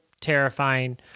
terrifying